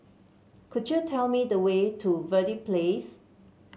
could you tell me the way to Verde Place